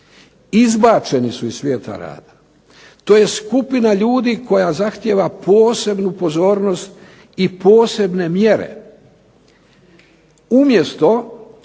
izbačeni su iz svijeta rada, to je skupina ljudi koja zahtjeva posebnu pozornost i posebne mjere.